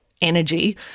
energy